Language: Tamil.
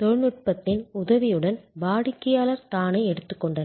தொழில்நுட்பத்தின் உதவியுடன் வாடிக்கையாளர் தானே எடுத்துக்கொண்டனர்